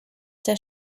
der